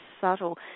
subtle